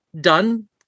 done